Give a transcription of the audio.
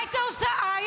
מה הייתה עושה ע'?